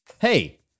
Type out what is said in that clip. Hey